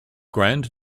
grand